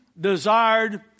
desired